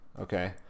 Okay